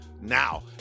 Now